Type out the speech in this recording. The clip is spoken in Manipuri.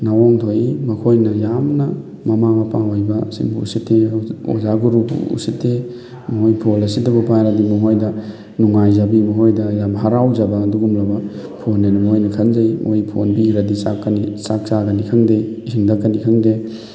ꯅꯋꯥꯡ ꯊꯣꯛꯏ ꯃꯈꯣꯏꯅ ꯌꯥꯝꯅ ꯃꯃꯥ ꯃꯄꯥ ꯑꯣꯏꯕꯁꯤꯡꯕꯨ ꯎꯁꯤꯠꯇꯦ ꯑꯣꯖꯥ ꯒꯨꯔꯨꯕꯨ ꯎꯁꯤꯠꯇꯦ ꯃꯣꯏ ꯐꯣꯟ ꯑꯁꯤꯇꯕꯨ ꯄꯥꯏꯔꯗꯤ ꯃꯣꯏꯗ ꯅꯨꯡꯉꯥꯏꯖꯕꯤ ꯃꯣꯏꯗ ꯌꯥꯝ ꯍꯔꯥꯎꯖꯕ ꯑꯗꯨꯒꯨꯝꯂꯕ ꯐꯣꯟꯅꯦꯅ ꯃꯣꯏꯅ ꯈꯟꯖꯩ ꯃꯣꯏ ꯐꯣꯟ ꯄꯤꯒ꯭ꯔꯗꯤ ꯆꯥꯛ ꯆꯥꯒꯅꯤ ꯈꯪꯗꯦ ꯏꯁꯤꯡ ꯊꯛꯀꯅꯤ ꯈꯪꯗꯦ